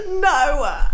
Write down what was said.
No